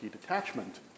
detachment